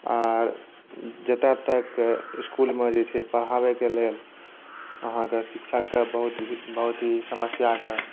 आर जतऽ तक इसकुलमे जे छै पढ़ावैके लेल अहाँकेँ शिक्षकके बहुत ही समस्याके